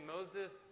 Moses